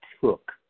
took